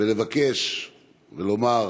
ולבקש ולומר